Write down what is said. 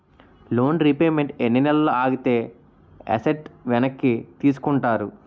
Loan repayment ఎన్ని నెలలు ఆగితే ఎసట్ వెనక్కి తీసుకుంటారు?